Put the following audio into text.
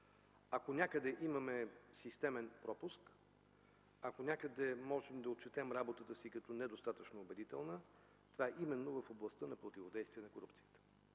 Ако някъде имаме системен пропуск, ако някъде можем да отчетем работата си като недостатъчно убедителна, това е именно в областта на противодействие на корупцията.